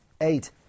Eight